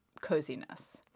coziness